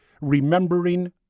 Remembering